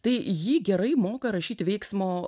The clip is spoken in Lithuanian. tai jį gerai moka rašyti veiksmo